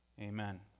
Amen